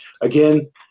again